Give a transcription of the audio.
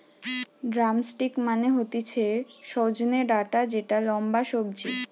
drumstick মানে হতিছে সজনে ডাটা যেটা লম্বা সবজি